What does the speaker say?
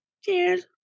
Cheers